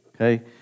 Okay